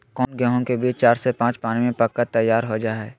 कौन गेंहू के बीज चार से पाँच पानी में पक कर तैयार हो जा हाय?